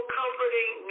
comforting